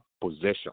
possession